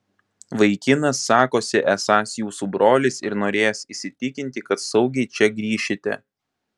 vaikinas sakosi esąs jūsų brolis ir norėjęs įsitikinti kad saugiai čia grįšite